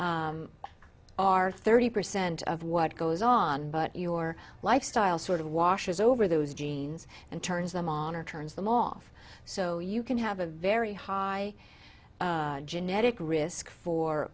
are thirty percent of what goes on but your lifestyle sort of washes over those genes and turns them on or turns them off so you can have a very high genetic risk for